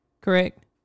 correct